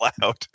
loud